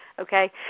okay